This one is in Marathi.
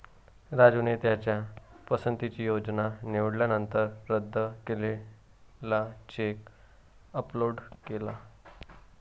राजूने त्याच्या पसंतीची योजना निवडल्यानंतर रद्द केलेला चेक अपलोड केला